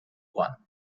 one